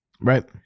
Right